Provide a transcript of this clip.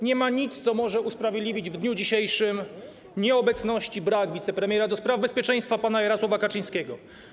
Nie ma niczego, co może usprawiedliwić w dniu dzisiejszym nieobecność, brak wicepremiera do spraw bezpieczeństwa, pana Jarosława Kaczyńskiego.